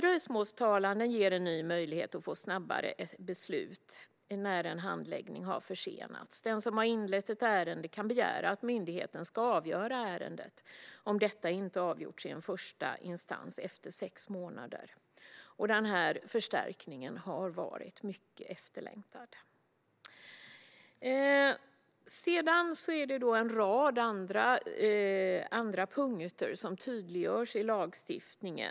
Dröjsmålstalan ger en ny möjlighet att snabbare få ett beslut när en handläggning har försenats. Den som har inlett ett ärende kan begära att myndigheten ska avgöra ärendet om detta inte har avgjorts i en första instans efter sex månader. Denna förstärkning har varit mycket efterlängtad. Det finns en rad andra punkter som tydliggörs i lagstiftningen.